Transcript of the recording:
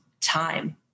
time